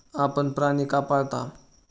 आपण प्राणी का पाळता?